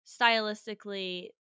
stylistically